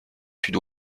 sud